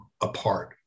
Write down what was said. apart